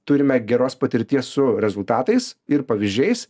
turime geros patirties su rezultatais ir pavyzdžiais